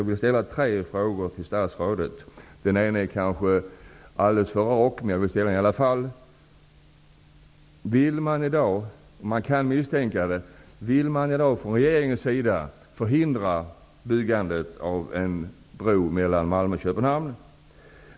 Vill man i dag -- man kan misstänka det -- från regeringens sida förhindra byggandet av en bro mellan Malmö och Köpenhamn?